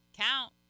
count